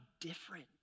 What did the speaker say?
different